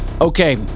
Okay